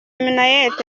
minnaert